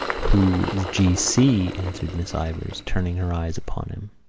who is g. c? answered miss ivors, turning her eyes upon him.